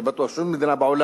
אני בטוח: שום מדינה בעולם,